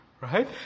Right